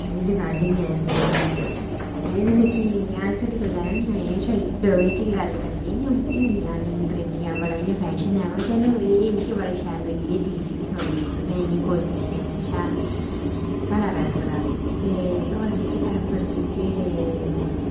जेह्दी रिकार्डिंग ऐ ते एह् ते मिगी अज्ज धोड़ी कोई लैने गी नेईं आई ते डोगरी च गै गल्ल करनी जां हिंदी जां अंग्रेजी च बड़ा गै इ'यां फैशन ऐ बाऽ चलो एह् मिगी बड़ा शैल लग्गी ऐ जेह्ड़ी थोह्ड़ी कोशिश कीती अपने कशा भला करै थुआढ़ा ते होर जेह्के एफर्ट जेह्के